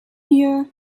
year